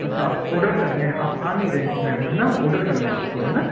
अच्छा आप आर्डर कर रहे हैं आप आ नहीं रहे हैं मैम है न ऑर्डर करना है आपको है ना